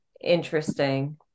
Interesting